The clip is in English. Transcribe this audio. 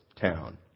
town